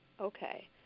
Okay